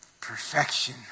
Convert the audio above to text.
Perfection